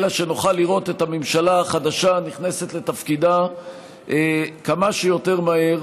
אלא שנוכל לראות את הממשלה החדשה נכנסת לתפקידה כמה שיותר מהר